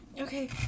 okay